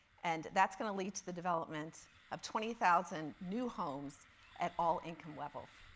and that's going to lead to the development of twenty thousand new homes at all income levels.